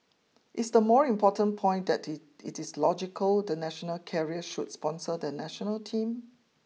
is the more important point that it it is logical the national carrier should sponsor the national team